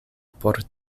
por